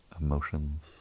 Emotions